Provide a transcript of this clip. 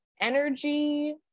energy